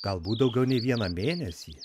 galbūt daugiau nei vieną mėnesį